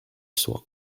soit